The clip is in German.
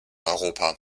europa